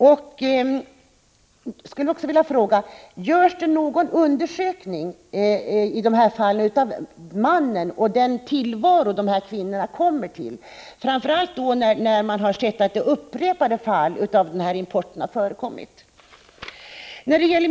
Vidare skulle jag vilja fråga: Görs det, framför allt då man har konstaterat upprepade fall av den här importen, någon undersökning av mannen i fråga och av den tillvaro kvinnorna kommer till?